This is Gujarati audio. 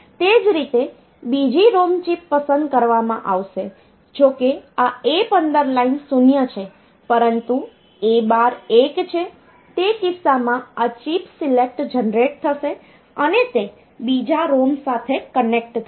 તે જ રીતે બીજી ROM ચિપ પસંદ કરવામાં આવશે જો કે આ A15 લાઇન 0 છે પરંતુ A12 1 છે તે કિસ્સામાં આ ચિપ સિલેક્ટ જનરેટ થશે અને તે બીજા ROM સાથે કનેક્ટ થશે